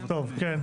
טוב, כן?